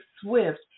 swift